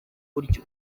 buryo